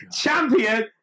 champion